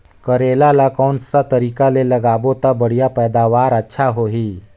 करेला ला कोन सा तरीका ले लगाबो ता बढ़िया पैदावार अच्छा होही?